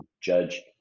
judge